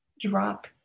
drop